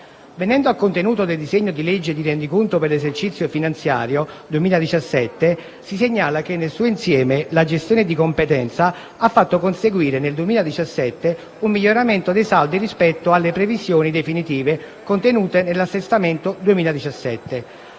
Venendo al contenuto del disegno di legge di rendiconto per l'esercizio finanziario 2017, si segnala che, nel suo insieme, la gestione di competenza ha fatto conseguire nel 2017 un miglioramento dei saldi rispetto alle previsioni definitive contenute nell'assestamento 2017.